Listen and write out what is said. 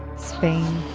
spain?